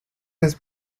his